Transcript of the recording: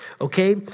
okay